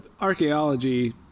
archaeology